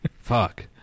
Fuck